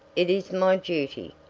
it is my duty.